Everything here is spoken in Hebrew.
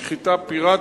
בשחיטה פיראטית,